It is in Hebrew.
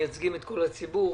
מייצגים את כל הציבור.